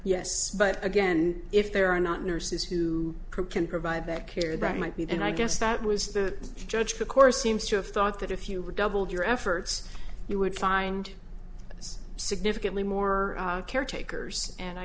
yes but again if there are not nurses who can provide that care that might be then i guess that was the judge the course seems to have thought that if you were doubled your efforts you would find this significantly more care takers and i